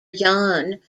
yan